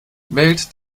wählt